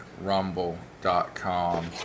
Rumble.com